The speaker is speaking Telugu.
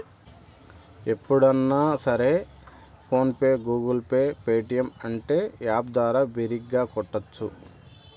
ఎప్పుడన్నా సరే PhonePe Google Pay Paytm అంటే యాప్ ద్వారా బిరిగ్గా కట్టోచ్చు